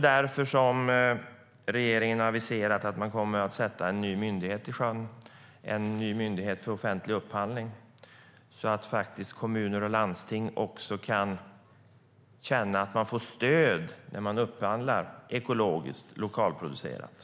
Därför har regeringen aviserat att den kommer att sjösätta en ny myndighet för offentlig upphandling så att kommuner och landsting känner att de får stöd när de upphandlar ekologiskt och lokalproducerat.